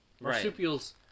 Marsupials